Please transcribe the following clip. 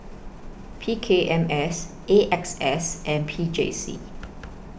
P K M S A X S and P J C